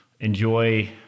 enjoy